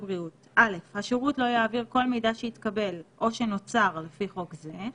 (א) השירות לא יעביר כל מידע שהתקבל או שנוצר לפי חוק זה,